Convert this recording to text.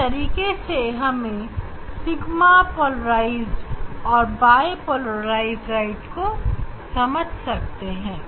इस तरीके से हम सिग्मा पोलराइज्ड और बाइपोलराइज्ड को समझते हैं